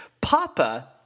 Papa